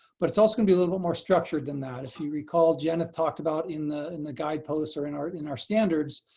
but it's also gonna be a little bit more structured than that. if you recall jenith talked about in the in the guideposts or in our in our standards,